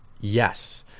Yes